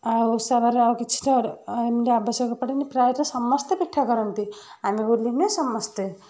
ଆଉ ଓଷାବାରରେ ଆଉ ତ କିଛି ଏମିତି ଆବଶ୍ୟକ ପଡ଼େନି ପ୍ରାୟତ ସମସ୍ତେ ପିଠା କରନ୍ତି ଆମେ ବୋଲି ନୁହେଁ ସମସ୍ତେ